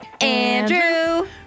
Andrew